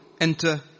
Enter